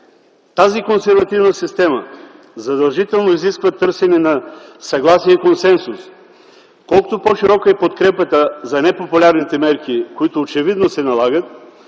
Тази консервативна система задължително изисква търсене на съгласие и консенсус. Колкото по-широка е подкрепата за непопулярните мерки, които очевидно се налагат,